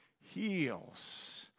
heals